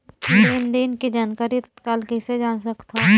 लेन देन के जानकारी तत्काल कइसे जान सकथव?